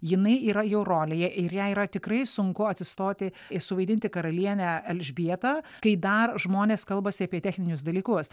jinai yra jau rolėje ir jai yra tikrai sunku atsistoti ir suvaidinti karalienę elžbietą kai dar žmonės kalbasi apie techninius dalykus